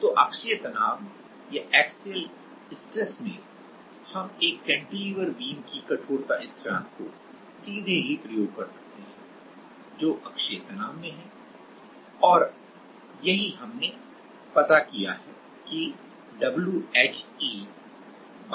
तो axial stress में हम एक कैंटिलीवर बीम की कठोरता स्थिरांक को सीधे ही प्रयोग कर सकते हैं जो एक्सियल स्ट्रेस में है और यही हमने पता किया है की WHEL है